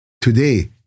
today